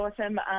awesome